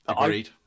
Agreed